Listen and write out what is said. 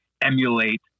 emulate